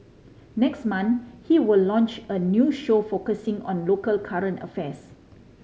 next month he will launch a new show focusing on local current affairs